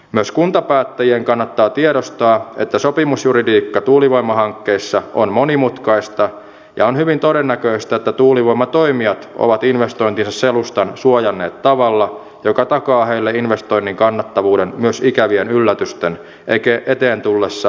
myös kuntapäättäjien kannattaa tiedostaa että sopimusjuridiikka tuulivoimahankkeissa on monimutkaista ja on hyvin todennäköistä että tuulivoimatoimijat ovat investointinsa selustan suojanneet tavalla joka takaa heille investoinnin kannattavuuden myös ikävien yllätysten eteen tullessa